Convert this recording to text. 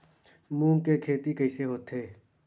मूंग के खेती कइसे होथे?